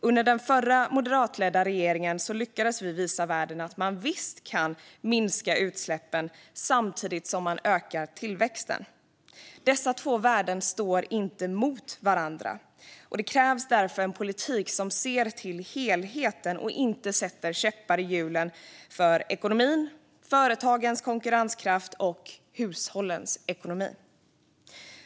Under den förra moderatledda regeringen lyckades vi visa världen att man visst kan minska utsläppen samtidigt som man ökar tillväxten. Dessa två värden står inte mot varandra, och det krävs därför en politik som ser till helheten och inte sätter käppar i hjulen för ekonomin, företagens konkurrenskraft och hushållens ekonomi.